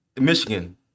Michigan